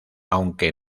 aunque